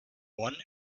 one